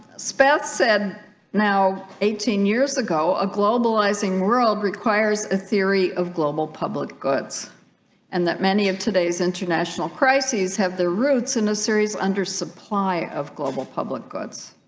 spats said now eighteen years ago a globalizing world requires a theory of global public goods and that many of today's international crises have their roots in a series under supply of global public goods